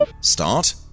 Start